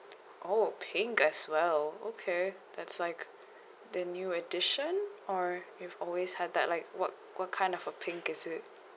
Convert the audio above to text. oh pink as well okay that's like the new addition or it always had that like what what kind of a pink is it